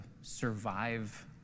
survive